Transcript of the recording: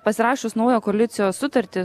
pasirašius naują koalicijos sutartį